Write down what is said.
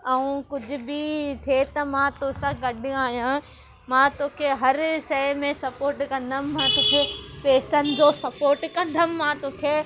ऐं कुझु बि थिए त मां तो सां गॾु आहियां मां तोखे हर शइ में सपोट कंदमि मां तोखे पैसनि जो सपोट कंदमि मां तोखे